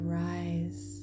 rise